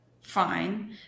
fine